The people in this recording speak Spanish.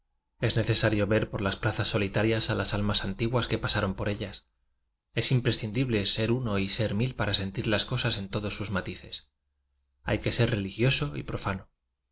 es necesario ver por las pla zas solitarias a las almas antiguas que pa saron por ellas es imprescindible ser uno y ser mil para sentir las cosas en todos sus matices hay que ser religioso y profano